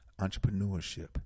entrepreneurship